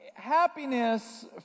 Happiness